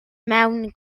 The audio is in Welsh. mewn